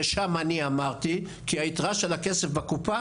ושם אני אמרתי כי היתרה של הכסף בקופה